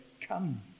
Come